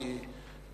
כי,